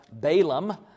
Balaam